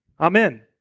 Amen